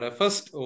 first